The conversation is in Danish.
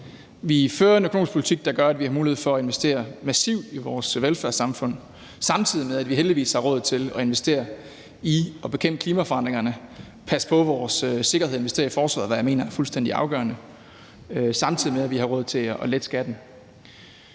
Vi fører en økonomisk politik, der gør, at vi har mulighed for at investere massivt i vores velfærdssamfund, samtidig med at vi heldigvis har råd til at investere i at bekæmpe klimaforandringerne, passe på vores sikkerhed og investere i forsvaret, hvad jeg mener er fuldstændig afgørende, og samtidig med at vi har råd til at lette skatten.